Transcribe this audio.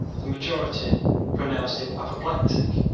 the majority pronounced him apoplectic,